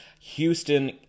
Houston